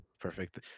Perfect